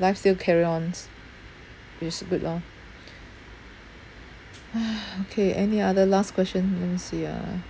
life still carry ons which is good lah okay any other last question let me see ah